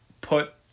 put